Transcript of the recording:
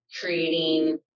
creating